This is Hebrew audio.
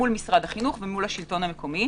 מול משרד החינוך ומול השלטון המקומי,